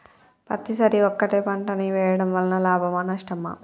పత్తి సరి ఒకటే పంట ని వేయడం వలన లాభమా నష్టమా?